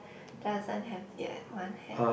doesn't have beard one have